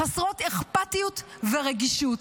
חסרות אכפתיות ורגישות.